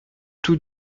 tous